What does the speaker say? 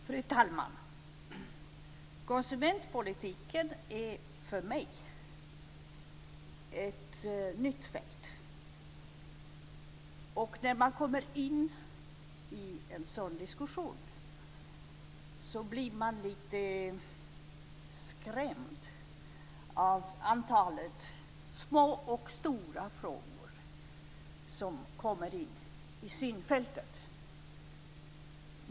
Fru talman! Konsumentpolitiken är för mig ett nytt fält. När man kommer in i en sådan diskussion blir man lite skrämd av antalet små och stora frågor som finns i synfältet.